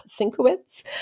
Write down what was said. Sinkowitz